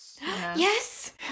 Yes